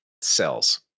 cells